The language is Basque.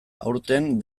aurten